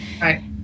Right